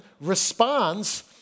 responds